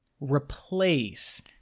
replace